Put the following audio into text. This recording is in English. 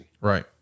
right